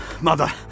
Mother